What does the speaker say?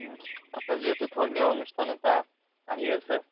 আপোনাৰ যিহেতু ধৰ্মীয় অনুষ্ঠান এটা আহি আছে